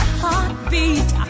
heartbeat